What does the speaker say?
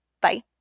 Bye